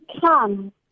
come